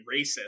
racist